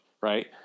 right